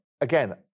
Again